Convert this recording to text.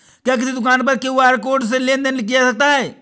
क्या किसी दुकान पर क्यू.आर कोड से लेन देन देन किया जा सकता है?